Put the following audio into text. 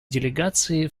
делегации